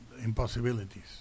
impossibilities